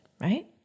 right